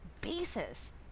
basis